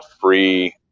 free